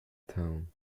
town